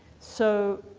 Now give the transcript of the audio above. so